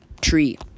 tree